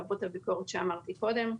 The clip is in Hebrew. למרות הביקורת שאמרתי קודם.